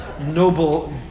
Noble